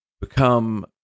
become